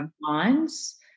minds